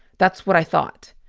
that's what i thought.